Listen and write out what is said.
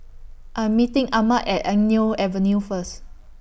I Am meeting Ahmed At Eng Neo Avenue First